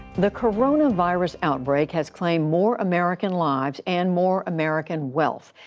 the coronavirus outbreak has claimed more american lives and more american wealth.